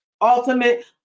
ultimate